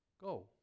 Go